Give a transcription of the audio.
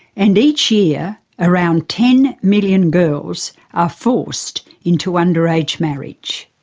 and each year around ten million girls are forced into underage marriage.